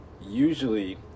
usually